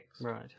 Right